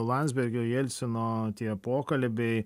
landsbergio jelcino tie pokalbiai